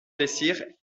decir